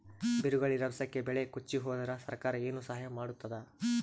ಬಿರುಗಾಳಿ ರಭಸಕ್ಕೆ ಬೆಳೆ ಕೊಚ್ಚಿಹೋದರ ಸರಕಾರ ಏನು ಸಹಾಯ ಮಾಡತ್ತದ?